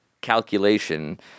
calculation